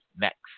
Next